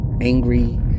angry